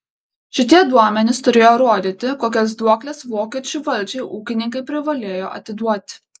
šitie duomenys turėjo rodyti kokias duokles vokiečių valdžiai ūkininkai privalėjo atiduoti